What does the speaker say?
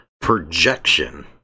projection